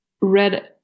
Red